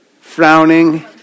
Frowning